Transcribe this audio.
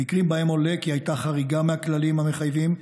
במקרים שבהם עולה כי הייתה חריגה מהכללים המחייבים,